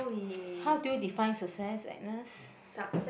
how do you define success Agnes